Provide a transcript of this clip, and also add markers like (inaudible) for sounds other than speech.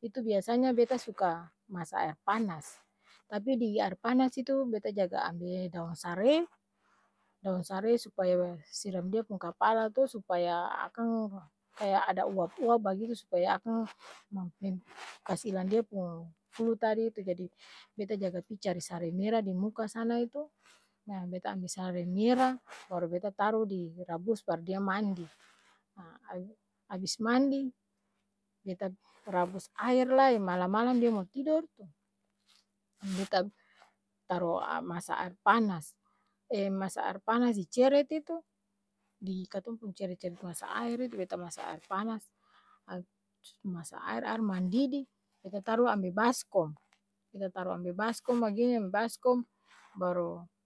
itu (noise) biasanya beta suka (noise) masa aer panas, tapi di aer panas itu beta jaga ambe daong sare, daong sare supaya siram dia pung kapala to, supaya akang (noise) kaya ada uap-uap bagitu (noise) supaya akang (noise) kas ilang dia pung flu tadi tu jadi beta jaga pi cari sari mera di muka sana itu, nah beta ambe sari mera (noise) baru beta taru di, rabus par dia mandi, ha (hesitation) abis mandi, beta rabus aer lai, malam-malam dia mau tidor tu (noise) beta taro masa aer panas, ee masa aer panas di ceret itu, di katong pung ceret-ceret masa aer itu (noise) beta masa aer panas, masa aer, aer mandidi, beta taru ambe baskom, beta taru ambe baskom bagini, baskom baru.